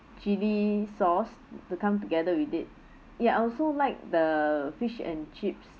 chilli sauce to come together with it ya I'd also like the fish and chips